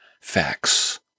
facts